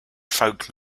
folk